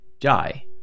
Die